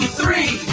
three